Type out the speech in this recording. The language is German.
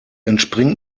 entspringt